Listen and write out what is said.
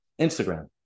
Instagram